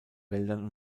wäldern